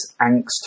angst